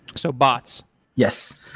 so bots yes.